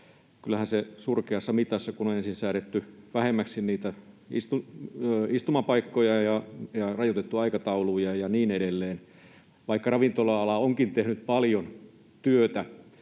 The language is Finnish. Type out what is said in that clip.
kyllähän se surkeassa mitassa on, kun on ensin säädetty vähemmäksi istumapaikkoja ja rajoitettu aikatauluja ja niin edelleen, vaikka ravintola-ala onkin tehnyt paljon työtä